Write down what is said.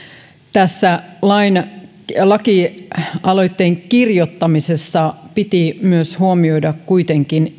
tässä lakialoitteen kirjoittamisessa piti kuitenkin